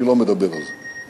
אני לא מדבר על זה.